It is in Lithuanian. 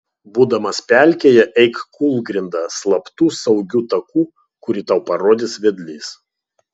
būdamas pelkėje eik kūlgrinda slaptu saugiu taku kurį tau parodys vedlys